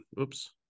oops